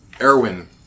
Erwin